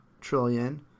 trillion